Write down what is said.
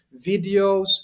videos